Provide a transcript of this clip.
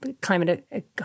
climate